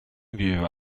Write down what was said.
viveva